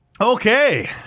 Okay